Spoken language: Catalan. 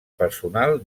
personal